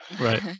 Right